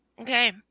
Okay